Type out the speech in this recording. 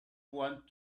want